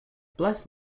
bless